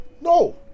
No